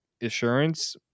assurance